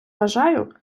вважаю